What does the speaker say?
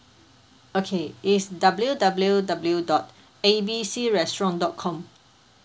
okay it's W W W dot A B C restaurant dot com